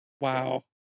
Wow